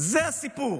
זה הסיפור,